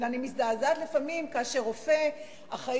אלא אני מזדעזעת לפעמים כאשר רופא אחראי